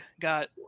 got